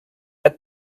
add